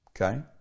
Okay